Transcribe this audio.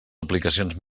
aplicacions